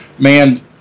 man